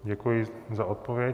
Děkuji za odpověď.